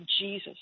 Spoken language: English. Jesus